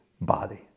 body